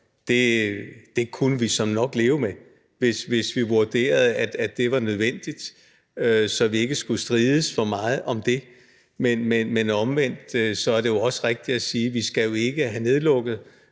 kunne vi såmænd nok leve med, hvis vi vurderede, at det var nødvendigt, så vi ikke skulle strides for meget om dét. Men omvendt er det også rigtigt at sige, at vi jo ikke skal have nedlukket